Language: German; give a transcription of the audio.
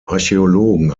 archäologen